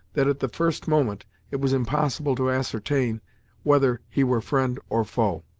that, at the first moment, it was impossible to ascertain whether he were friend or foe.